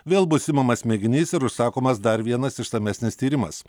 vėl bus imamas mėginys ir užsakomas dar vienas išsamesnis tyrimas